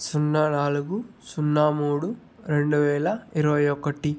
సున్నా నాలుగు సున్నా మూడు రెండు వేల ఇరవై ఒకటి